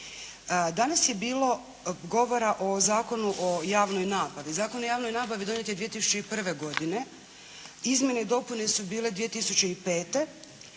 Danas je bilo govora o Zakonu o javnoj nabavi. Zakon o javnoj nabavi donijet je 2001. godine, izmjene i dopune su bile 2005.